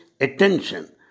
attention